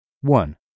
One